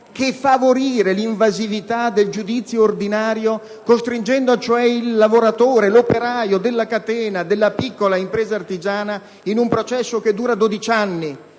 che favorire l'invasività del giudizio ordinario - costringendo cioè il lavoratore, l'operaio della catena, della piccola impresa artigiana ad un processo che dura 12 anni